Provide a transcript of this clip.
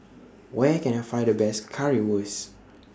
Where Can I Find The Best Currywurst